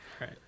right